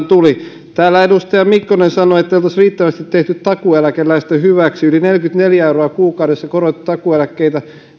tulivat täällä edustaja mikkonen sanoi ettei oltaisi riittävästi tehty takuueläkeläisten hyväksi yli neljäkymmentäneljä euroa kuukaudessa on korotettu takuueläkkeitä